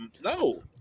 no